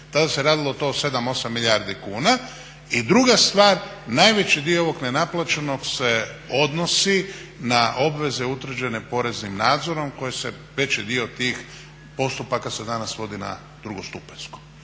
tada se radilo to o 7, 8 milijardi kuna. I druga stvar, najveći dio ovog nenaplaćenog se odnosi na obveze utvrđene poreznim nadzorom koje se veći dio tih postupaka se vodi na drugostupanjskom.